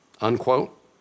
unquote